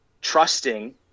trusting